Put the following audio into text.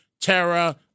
terror